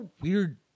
weird